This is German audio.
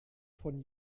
von